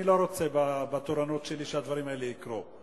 אני לא רוצה שהדברים האלה יקרו בתורנות שלי.